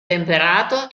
temperato